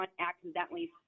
accidentally